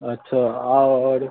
अच्छा आओर